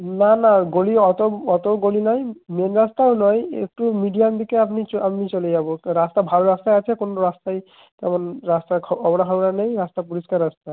না না গলি অত অতও গলি নাই মেন রাস্তাও নয় একটু মিডিয়াম দিকে আপনি চো আপনি চলে যাব রাস্তা ভালো রাস্তাই আছে কোনও রাস্তাই তেমন রাস্তা আবড়া খাবড়া নেই রাস্তা পরিষ্কার রাস্তা